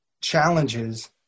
challenges